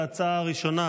ההצעה הראשונה